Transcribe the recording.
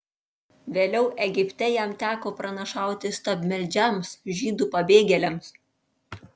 vėliau egipte jam teko pranašauti stabmeldžiams žydų pabėgėliams